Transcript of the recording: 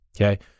Okay